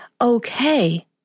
okay